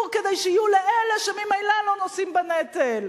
כדי שיהיו לאלה שממילא לא נושאים בנטל.